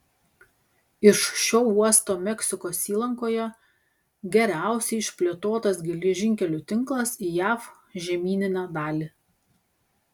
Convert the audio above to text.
iš šio uosto meksikos įlankoje geriausiai išplėtotas geležinkelių tinklas į jav žemyninę dalį